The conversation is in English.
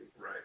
right